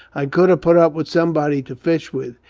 i could have put up with somebody to fish with,